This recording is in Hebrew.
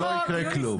לא ייקרה כלום.